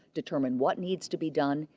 determine what needs to be done,